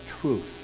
truth